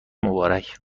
مبارک